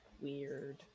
weird